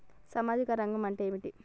సామాజిక రంగం అంటే ఏమిటి?